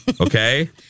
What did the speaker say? Okay